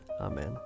Amen